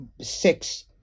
six